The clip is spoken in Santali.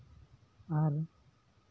ᱟᱨ